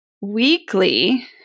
weekly